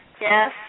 Yes